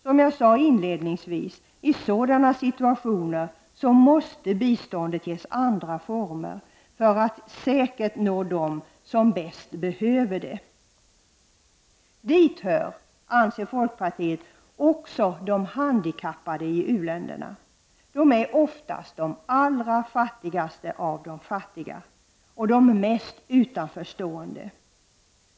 Som jag sade inledningsvis måste biståndet i sådana situationer ges andra former för att säkert nå dem som bäst behöver det. Till dessa människor hör, anser folkpartiet, också de handikappade i uländerna. De är oftast de allra fattigaste av de fattiga och de som mest står utanför.